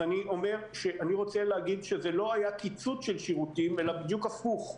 אני רוצה להגיד שזה לא היה קיצוץ של שירותים אלא בדיוק הפוך.